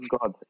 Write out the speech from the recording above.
God